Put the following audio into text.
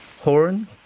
horn